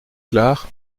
clar